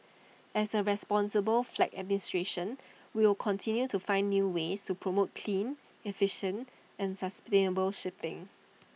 as A responsible flag administration we will continue to find new ways to promote clean efficient and sustainable shipping